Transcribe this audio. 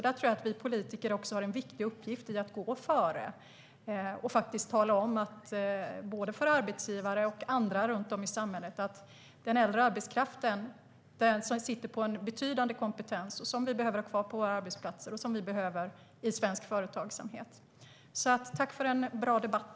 Där tror jag att vi politiker också har en viktig uppgift i att gå före och faktiskt tala om både för arbetsgivare och för andra runt om i samhället att den äldre arbetskraften sitter på en betydande kompetens som vi behöver ha kvar på våra arbetsplatser och i svensk företagsamhet. Tack för en bra debatt!